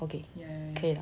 okay okay